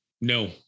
No